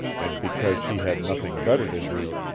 and because she had nothing better to do,